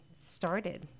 started